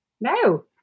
No